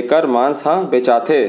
एकर मांस ह बेचाथे